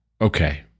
Okay